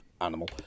animal